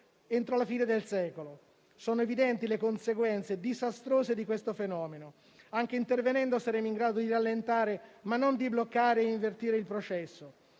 entro la fine del secolo. Sono evidenti le conseguenze disastrose di questo fenomeno. Anche intervenendo, saremo in grado di rallentare, ma non di bloccare e invertire il processo.